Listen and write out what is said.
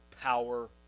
power